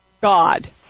God